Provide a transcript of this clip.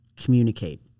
communicate